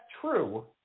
true